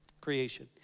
Creation